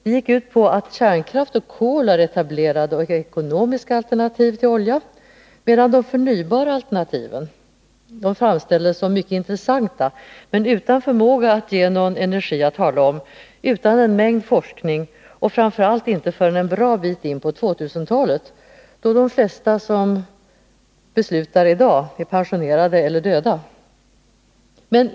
Det gick ut på att kärnkraft och kol är etablerade och ekonomiska alternativ till olja, medan de förnybara alternativen framställdes som mycket intressanta men utan förmåga att ge någon energi att tala om utan en mängd forskning och framför allt inte förrän en bra bit in på 2000-talet, då de flesta som beslutar i dag är pensionerade eller döda.